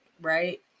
Right